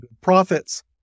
profits